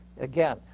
again